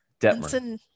Detmer